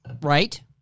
right